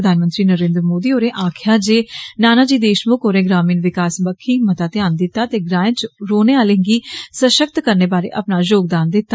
प्रधानमंत्री नरेन्द्र मोदी होरें आक्खेआ जे नाना जी देषमुख होरें ग्रामीण विकास बक्खी मता ध्यान दिता ते ग्राएं च रोहने आले गी सषक्त करने बारै अपना योगदान दिता